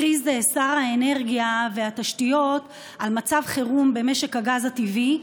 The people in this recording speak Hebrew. הכריז שר האנרגיה והתשתיות על מצב חירום במשק הגז הטבעי.